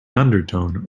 undertone